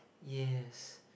yes